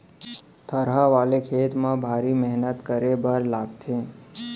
थरहा वाले खेत म भारी मेहनत करे बर लागथे